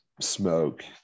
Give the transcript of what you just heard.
smoke